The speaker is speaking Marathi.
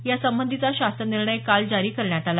यासंबंधीचा शासन निर्णय काल जारी करण्यात आला